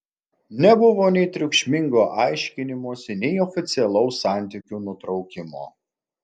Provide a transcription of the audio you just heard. nebuvo nei triukšmingo aiškinimosi nei oficialaus santykių nutraukimo